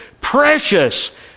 precious